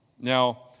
now